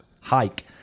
hike